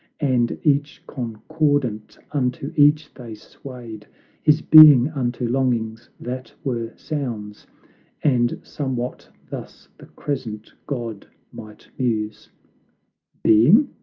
and each concordant unto each, they swayed his being unto longings that were sounds and somewhat thus the crescent god might muse being?